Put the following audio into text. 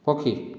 ପକ୍ଷୀ